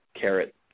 carrot